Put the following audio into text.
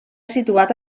situat